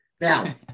Now